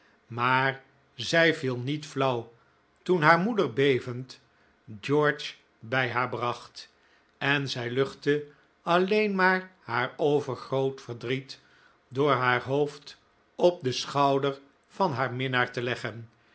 maar zij viel niet flauw toen haar moeder bevend george bij haar bracht en zij luchtte alleen maar haar overgroot verdriet door haar hoofd op den schouder van haar minnaar te leggen